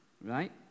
right